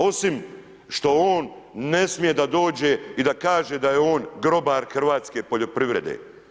Osim što on ne smije da dođe i da kaže da je on grobar hrvatske poljoprivrede.